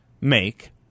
make